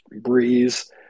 Breeze